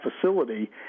facility